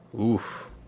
oof